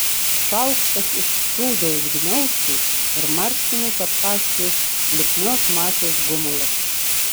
šaukštas išsprūdo iš gniaužtų ir marškinius aptaškė lipnios masės gumulas